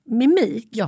mimik